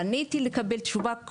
פניתי לקבל תשובה,